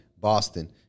Boston